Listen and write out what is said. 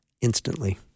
instantly